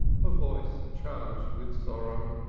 her voice charged with sorrow.